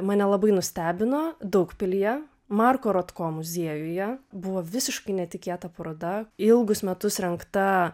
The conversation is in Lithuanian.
mane labai nustebino daugpilyje marko rotko muziejuje buvo visiškai netikėta paroda ilgus metus rengta